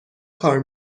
کار